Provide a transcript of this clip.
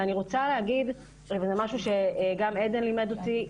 ואני רוצה להגיד זה משהו שגם עדן לימד אותי,